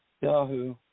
yahoo